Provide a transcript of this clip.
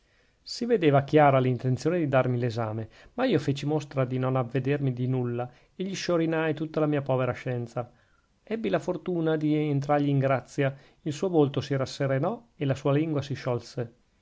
si vedeva chiara l'intenzione di darmi l'esame ma io feci mostra di non avvedermi di nulla e gli sciorinai tutta la mia povera scienza ebbi la fortuna di entrargli in grazia il suo volto si rasserenò e la sua lingua si sciolse